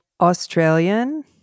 Australian